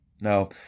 Now